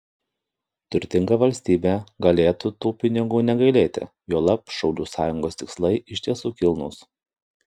turtinga valstybė galėtų tų pinigų negailėti juolab šaulių sąjungos tikslai iš tiesų kilnūs